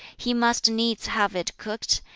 he must needs have it cooked,